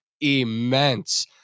immense